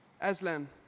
Aslan